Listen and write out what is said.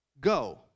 go